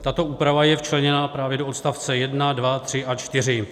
Tato úprava je včleněna právě do odstavce 1, 2, 3 a 4.